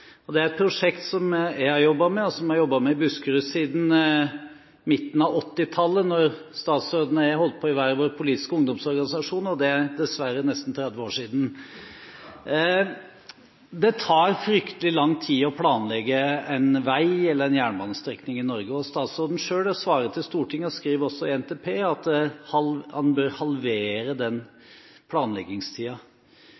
år. Det er et prosjekt jeg har jobbet med, også i Buskerud, siden midten av 1980-tallet, da statsråden og jeg holdt på i hver vår politiske ungdomsorganisasjon – noe som dessverre er nesten 30 år siden. Det tar fryktelig lang tid å planlegge en vei eller en jernbanestrekning i Norge, og statsråden selv svarer til Stortinget – og skriver også i NTP – at en bør halvere